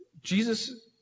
Jesus